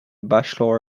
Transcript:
bachelor